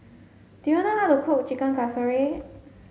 do you know how to cook Chicken Casserole